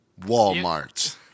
Walmart